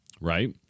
Right